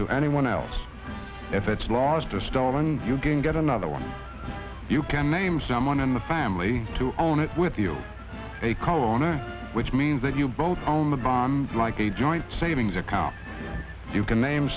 to anyone else if it's lost or stolen you can get another one you can name someone in the family to own it with you a car loan or which means that you both own the bond like a joint savings account you can name